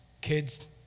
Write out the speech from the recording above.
kids